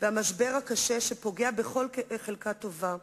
והמשבר הקשה שפוגע בכל חלקה טובה במשק.